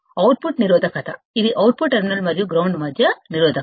output నిరోధకతఇది output terminal మరియు ground మధ్య నిరోధకత